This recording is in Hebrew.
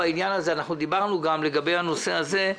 דיברנו גם על הנושא הזה,